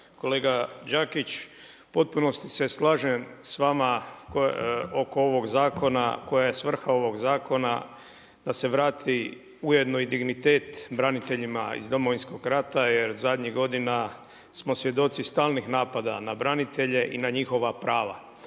Kolega Đakić, u potpunosti se slažem s vama oko ovog zakona, koja je svrha ovoga zakona da se vrati ujedno i dignitet braniteljima iz Domovinskoga rata jer zadnjih godina smo svjedoci stalnih napada na branitelje i na njihova prava.